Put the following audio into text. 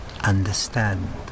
understand